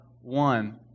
one